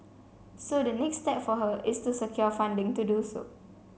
so the next step for her is to secure funding to do so